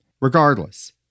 Regardless